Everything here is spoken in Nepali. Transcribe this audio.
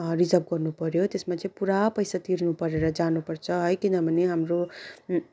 रिजर्भ गर्नु पऱ्यो त्यसमा चाहिँ पुरा पैसा तिर्नु परेर जानु पर्छ है किनभने हाम्रो